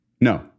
No